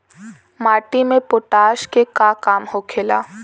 माटी में पोटाश के का काम होखेला?